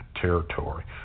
territory